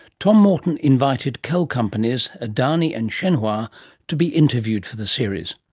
tom morton invited coal companies adani and shenhua to be interviewed for the series,